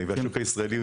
והשוק הישראלי,